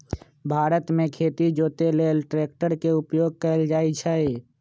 भारत मे खेती जोते लेल ट्रैक्टर के उपयोग कएल जाइ छइ